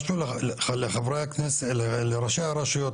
משהו לראשי הרשויות,